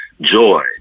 joy